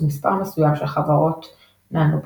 ומספר מסוים של חברות נענו בחיוב.